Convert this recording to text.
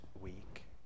week